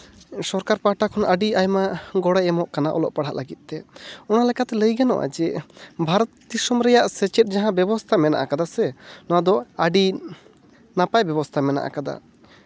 ᱥᱚᱨᱠᱟᱨ ᱯᱟᱦᱴᱟ ᱠᱷᱚᱱ ᱟᱹᱰᱤ ᱟᱭᱢᱟ ᱜᱚᱲᱚᱭ ᱮᱢᱚᱜ ᱠᱟᱱᱟ ᱚᱞᱚᱜ ᱯᱟᱲᱦᱟᱜ ᱞᱟᱹᱜᱤᱫ ᱛᱮ ᱚᱱᱟ ᱞᱮᱠᱟᱛᱮ ᱞᱟᱹᱭ ᱜᱟᱱᱚᱜᱼᱟ ᱡᱮ ᱵᱷᱟᱨᱚᱛ ᱫᱤᱥᱚᱢ ᱨᱮᱭᱟᱜ ᱥᱮᱪᱮᱫ ᱡᱟᱦᱟᱸ ᱵᱮᱵᱚᱥᱛᱷᱟ ᱢᱮᱱᱟᱜ ᱠᱟᱫᱟ ᱥᱮ ᱱᱚᱣᱟ ᱫᱚ ᱟᱹᱰᱤ ᱱᱟᱯᱟᱭ ᱵᱮᱵᱚᱥᱛᱷᱟ ᱢᱮᱱᱟᱜ ᱠᱟᱫᱟ